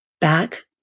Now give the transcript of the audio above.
back